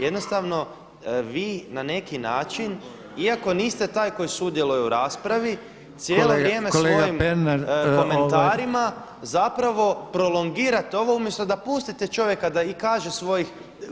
Jednostavno vi na neki način, iako niste taj koji sudjeluje u raspravi cijelo vrijeme svojim komentarima [[Upadica Reiner: Kolega Pernar …]] zapravo prolongirate ovo umjesto da pustite čovjeka da i kaže svojih.